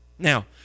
Now